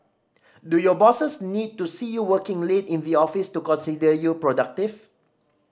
do your bosses need to see you working late in the office to consider you productive